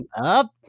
up